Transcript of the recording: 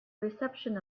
reception